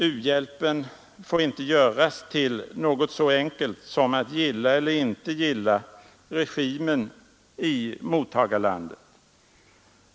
U-hjälpen får inte göras till något så enkelt som att gilla eller inte gilla regimen i mottagarlandet.